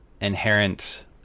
inherent